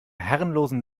herrenlosen